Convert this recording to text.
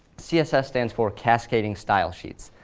css stands for cascading style sheets.